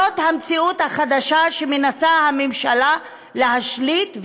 זאת המציאות החדשה שהממשלה מנסה להשליט,